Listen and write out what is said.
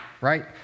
right